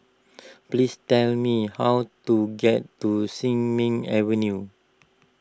please tell me how to get to Sin Ming Avenue